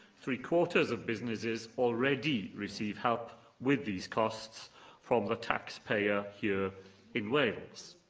three quarters of businesses already receive help with these costs from the taxpayer here in wales.